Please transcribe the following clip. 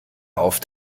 auf